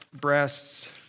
breasts